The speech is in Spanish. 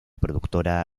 productora